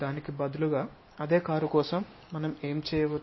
దానికి బదులుగా అదే కారు కోసం మనం ఏమి చేయవచ్చు